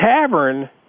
Tavern